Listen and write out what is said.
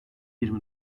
yirmi